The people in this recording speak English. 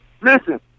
listen